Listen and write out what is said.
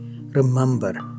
Remember